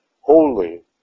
Holy